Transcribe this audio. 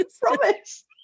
Promise